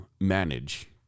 manage